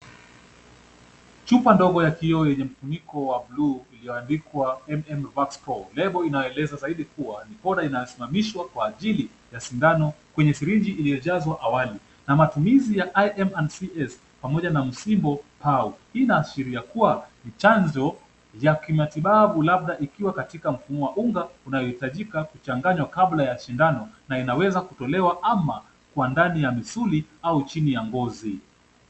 Chupa ndogo ya kioo yenye kifuniko ya buluu iliyoandikwa M-M-RvaxPro , lebo inaeleza zaidi kuwa ni poda inayosimamishwa kwa ajili ya sindano kwenye sirinji iliyojazwa awali na matumizi ya IM and syringe pamoja na msimbo au, inayoashiria kuwa ni chanzo ya matibabu labda yakiwa katika mfumo wa unga, inayohitajika kuchanganywa kabla ya sindano na inaweza kutolewa ama kwa ndani ya misuli au chini ya ngozi.